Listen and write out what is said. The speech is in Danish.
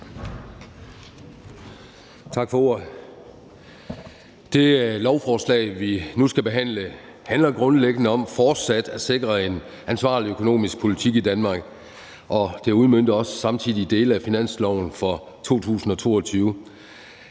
Tak for ordet. Det lovforslag, vi nu skal behandle, handler grundlæggende om fortsat at sikre en ansvarlig økonomisk politik i Danmark, og det udmønter samtidig også dele af finansloven for 2022.